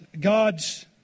God's